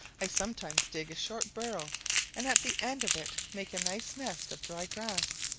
i sometimes dig a short burrow and at the end of it make a nice nest of dry grass.